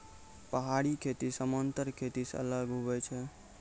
पहाड़ी खेती समान्तर खेती से अलग हुवै छै